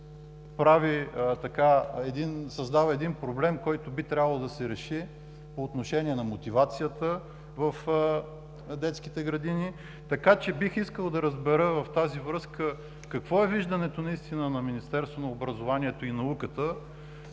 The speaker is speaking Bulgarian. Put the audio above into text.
създава един проблем, който би трябвало да се реши по отношение на мотивацията в детските градини, така че бих искал да разбера в тази връзка: какво е виждането наистина на Министерството на образованието и науката